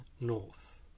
north